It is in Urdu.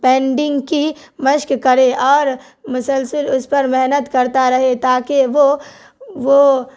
پینڈنگ کی مشق کرے اور مسلسل اس پر محنت کرتا رہے تاکہ وہ وہ